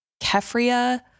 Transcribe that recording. Kefria